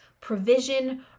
provision